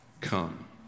come